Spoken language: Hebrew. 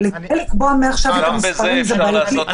לקבוע מעכשיו את המספרים זה בעייתי,